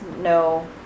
no